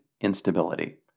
instability